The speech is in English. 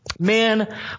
Man